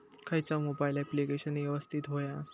खयचा mobile application यवस्तित होया?